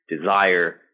desire